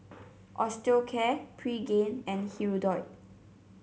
Osteocare Pregain and Hirudoid